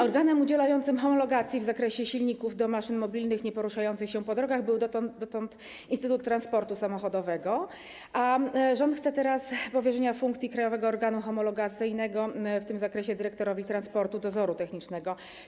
Organem udzielającym homologacji w zakresie silników do maszyn mobilnych nieporuszających się po drogach był dotąd Instytut Transportu Samochodowego, a rząd chce teraz powierzenia funkcji krajowego organu homologacyjnego w tym zakresie dyrektorowi Transportowego Dozoru Technicznego.